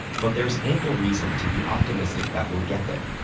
but there's ample reason to be optimistic that we'll get there.